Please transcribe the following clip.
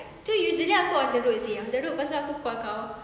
tu usually aku on the road seh on the road lepastu aku call kau